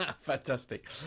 Fantastic